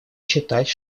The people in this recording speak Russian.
считать